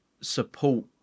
support